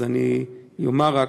אני אומר רק,